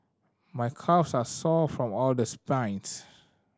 my calves are sore from all the